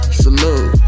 salute